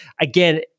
again